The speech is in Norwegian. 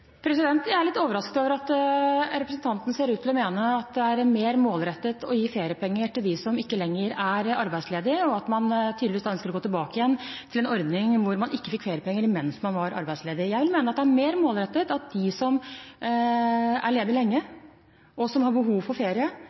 Jeg er litt overrasket over at representanten ser ut til å mene at det er mer målrettet å gi feriepenger til dem som ikke lenger er arbeidsledige, og at man tydeligvis ønsker å gå tilbake igjen til en ordning hvor man ikke fikk feriepenger mens man var arbeidsledig. Jeg vil mene at det er mer målrettet at de som er ledige lenge, og som har behov for ferie,